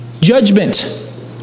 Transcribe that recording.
judgment